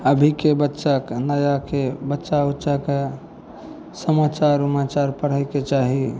अभीके बच्चाके नयाके बच्चा उच्चाके समाचार उमाचार पढ़ैके चाही